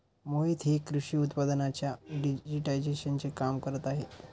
मोहित हे कृषी उत्पादनांच्या डिजिटायझेशनचे काम करत आहेत